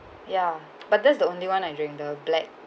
ya but that's the only one I drink the black